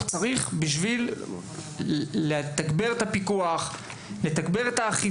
צריך בשביל לתגבר את הפיקוח והאכיפה?